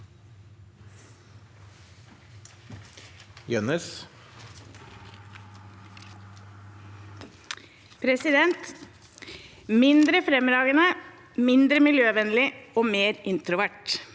at den var «mindre fremragende, mindre miljøvennlig og mer introvert»